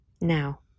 Now